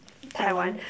Taiwan